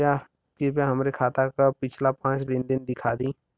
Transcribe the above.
कृपया हमरे खाता क पिछला पांच लेन देन दिखा दी